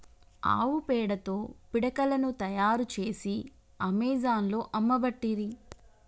ఆవు పేడతో పిడికలను తాయారు చేసి అమెజాన్లో అమ్మబట్టిరి